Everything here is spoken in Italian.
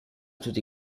tutti